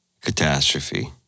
catastrophe